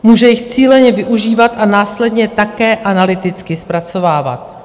Může jich cíleně využívat a následně také analyticky zpracovávat.